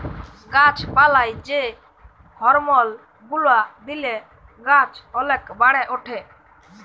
গাছ পালায় যে হরমল গুলা দিলে গাছ ওলেক বাড়ে উঠে